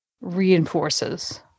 reinforces